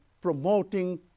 promoting